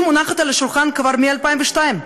מונחת על השולחן כבר מ-2002.